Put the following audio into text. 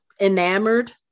enamored